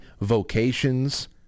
vocations